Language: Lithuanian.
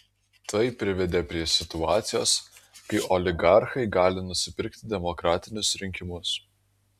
tai privedė prie situacijos kai oligarchai gali nusipirkti demokratinius rinkimus